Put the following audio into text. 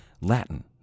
Latin